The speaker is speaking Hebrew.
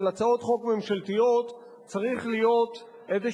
הצעות חוק ממשלתיות צריך להיות איזה